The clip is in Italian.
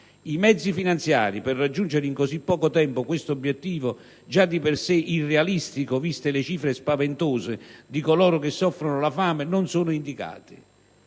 I mezzi finanziari per raggiungere in così poco tempo questo obiettivo, già di per sé irrealistico viste le cifre spaventose di coloro che soffrono la fame, non sono indicati.